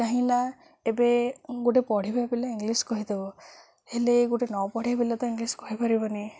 କାହିଁକି ନା ଏବେ ଗୋଟେ ପଢ଼ିବା ପିଲା ଇଂଲିଶ କହିଦବ ହେଲେ ଗୋଟେ ନପଢ଼ିବା ପିଲା ତ ଇଂଲିଶ କହିପାରିବନି